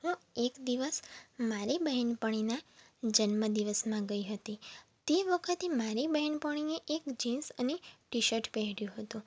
હું એક દિવસ મારી બહેનપણીના જન્મદિવસમાં ગઈ હતી તે વખતે મારી બેહેનપણીએ એક જીન્સ અને ટીશર્ટ પહેર્યું હતું